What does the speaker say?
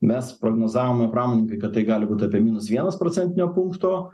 mes prognozavome pramoninkai kad tai gali būti apie minus vienas procentinio punkto